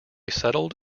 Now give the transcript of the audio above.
settled